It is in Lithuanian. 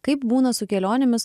kaip būna su kelionėmis